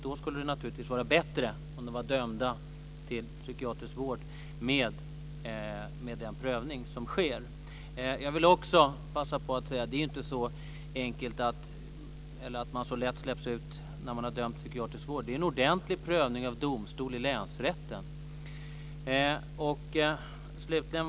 Då skulle det naturligtvis vara bättre om de var dömda till psykiatrisk vård med den prövning som sker. Jag vill också passa på att säga att det inte är så att man så lätt släpps ut när man har dömts till psykiatrisk vård. Det är en ordentlig prövning av domstol i länsrätten.